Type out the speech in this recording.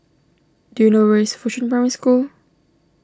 do you know where is Fuchun Primary School